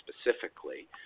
specifically